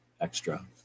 extra